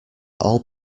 all